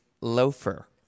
loafer